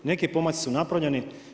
Neki pomaci su napravljeni.